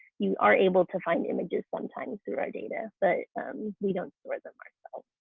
you are able to find images sometimes through our data, but we don't store them ourselves.